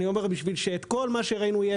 בשביל שאפשר יהיה לעשות כל מה שראינו,